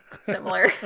similar